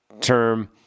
term